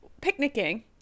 picnicking